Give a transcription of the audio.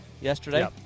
yesterday